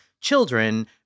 children